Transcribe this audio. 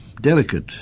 delicate